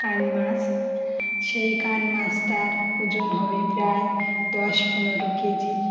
কানমাস সেই কানমাছটার ওজন হবে প্রায় দশ পনেরো কেজি